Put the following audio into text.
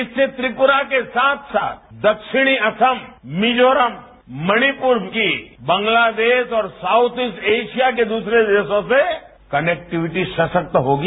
इससे त्रिपुरा के साथ साथ दक्षिणी असम मिजोरम मणिपुर की बांलागदेश और साज्य ईस्ट एशिया के दूसरे देशों से कनेक्टिविटी सशक्तस होगी